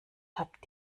habt